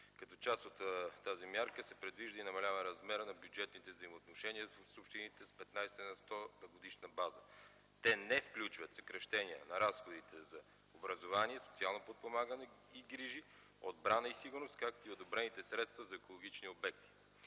Като част от тази мярка се предвижда и намаляване размера на бюджетните взаимоотношения с общините с 15 на сто на годишна база. Те не включват съкращения на разходите за образование, социално подпомагане и грижи, отбрана и сигурност, както и одобрените средства за екологични обекти.